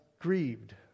grieved